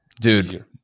Dude